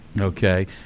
Okay